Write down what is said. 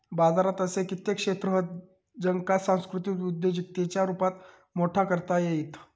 बाजारात असे कित्येक क्षेत्र हत ज्येंका सांस्कृतिक उद्योजिकतेच्या रुपात मोठा करता येईत